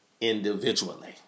individually